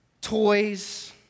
toys